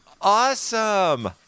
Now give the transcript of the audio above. Awesome